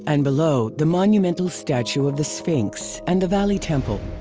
and below, the monumental statue of the sphinx and the valley temple.